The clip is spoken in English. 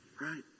right